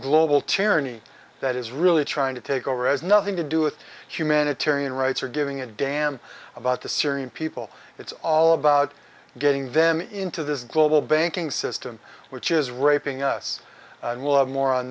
global tyranny that is really trying to take over as nothing to do with humanitarian rights or giving a damn about the syrian people it's all about getting them into this global banking system which is raping us and we'll have more on